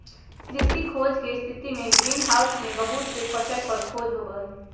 कृषि खोज के स्थितिमें ग्रीन हाउस में बहुत से फसल पर खोज होबा हई